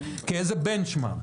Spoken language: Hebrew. שנתיים כבנצ'מרק.